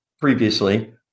previously